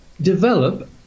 develop